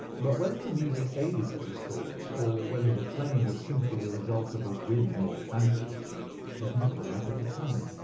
but whether the music aided those thoughts, or whether the playing was simply the result of a whim or fancy was more than i could determine.